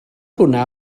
hwnna